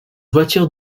voiture